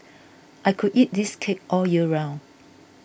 I could eat this cake all year round